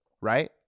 right